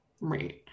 Right